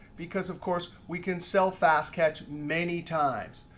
because of course we can sell fast catch many times.